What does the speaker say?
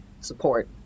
Support